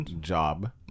job